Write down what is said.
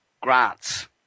grants